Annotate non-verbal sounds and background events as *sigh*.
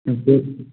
*unintelligible*